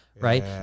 right